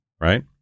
right